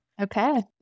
Okay